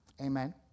Amen